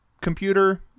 computer